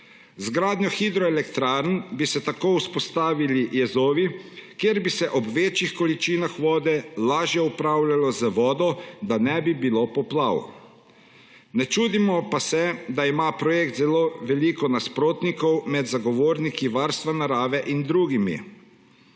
Z gradnjo hidroelektrarn bi se tako vzpostavili jezovi, kjer bi se ob večjih količinah vode lažje upravljajo z vodo, da ne bi bilo poplav. Ne čudimo pa se, da ima projekt zelo veliko nasprotnikov med zagovorniki varstva narave in drugimi.